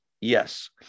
Yes